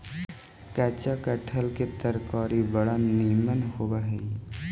कच्चा कटहर के तरकारी बड़ी निमन होब हई